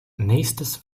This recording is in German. nächstes